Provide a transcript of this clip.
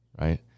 right